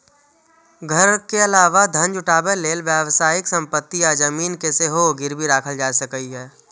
घर के अलावा धन जुटाबै लेल व्यावसायिक संपत्ति आ जमीन कें सेहो गिरबी राखल जा सकैए